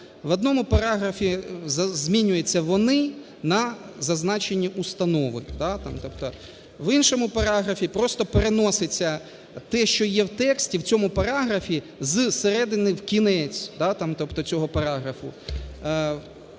в одному параграфі змінюється "вони" на "зазначені установи", тобто в іншому параграфі просто переноситься те, що є в тексті в цьому параграфі з середини в кінець, там, тобто цього параграфу.